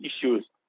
issues